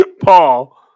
Paul